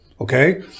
okay